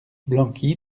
blanqui